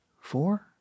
four